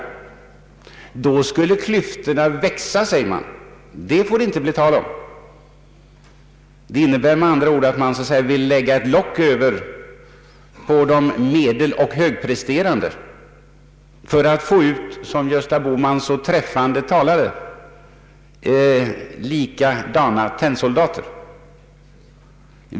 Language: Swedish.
Man säger att klyftorna då skulle växa och att det inte får bli tal om detta. Det innebär med andra ord att man lägger ett ”lock” över de medeloch högpresterande eleverna för att få — som herr Gösta Bohman så träffande säger — likadana tennsoldater, gjutna i samma form.